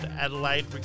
adelaide